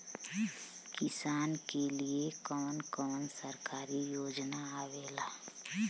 किसान के लिए कवन कवन सरकारी योजना आवेला?